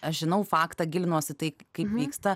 aš žinau faktą gilinuos į tai kaip vyksta